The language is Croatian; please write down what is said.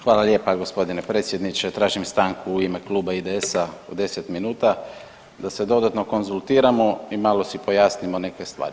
Hvala lijepa g. predsjedniče, tražim stanku u ime Kluba IDS-a od 10 minuta da se dodatno konzultiramo i malo si pojasnimo neke stvari.